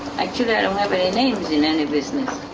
actually i don't have any names in any business.